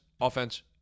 offense